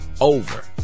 over